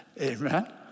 Amen